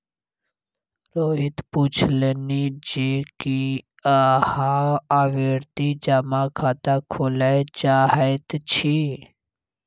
रोहित पुछलनि जे की अहाँ आवर्ती जमा खाता खोलय चाहैत छी